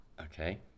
Okay